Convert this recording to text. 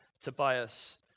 Tobias